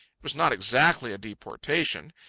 it was not exactly a deportation.